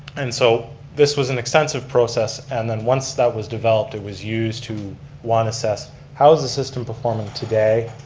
and so this was an extensive process, and then once that was developed it was used to one, assess how is the system performing today,